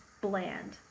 bland